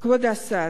כבוד השר,